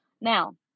Now